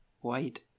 white